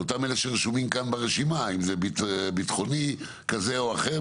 שרשומים כאן ברשימה; אם זה ביטחוני כזה או אחר,